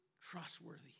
trustworthy